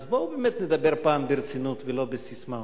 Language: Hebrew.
אז בואו באמת נדבר פעם ברצינות ולא בססמאות.